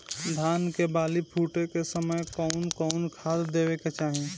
धान के बाली फुटे के समय कउन कउन खाद देवे के चाही?